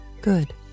good